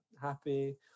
happy